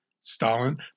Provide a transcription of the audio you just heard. Stalin